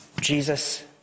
Jesus